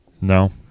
No